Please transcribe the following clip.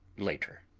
later.